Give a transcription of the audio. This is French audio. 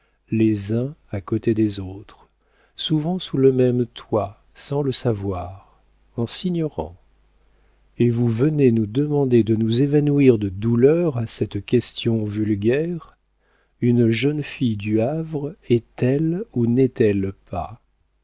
les uns à côté des autres souvent sous le même toit sans le savoir en s'ignorant et vous venez nous demander de nous évanouir de douleur à cette question vulgaire une jeune fille du havre est-elle ou n'est-elle pas